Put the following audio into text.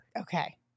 Okay